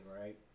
right